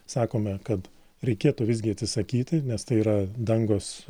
sakome kad reikėtų visgi atsisakyti nes tai yra dangos